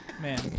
Man